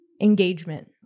engagement